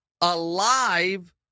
alive